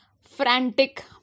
frantic